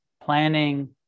planning